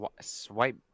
swipe